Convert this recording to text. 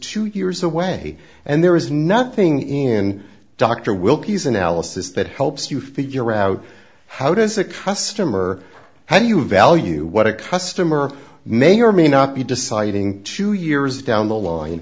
two years away and there is nothing in dr wilkie's analysis that helps you figure out how does a customer how you value what a customer may or may not be deciding two years down the line